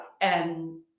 And-